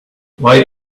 why